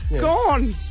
gone